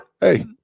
Hey